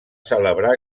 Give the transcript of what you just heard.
celebrar